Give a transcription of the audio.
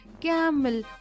Camel